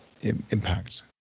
impact